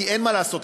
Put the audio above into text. כי אין מה לעשות,